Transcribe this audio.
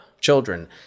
children